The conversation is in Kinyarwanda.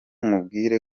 nkubwire